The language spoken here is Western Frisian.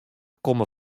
komme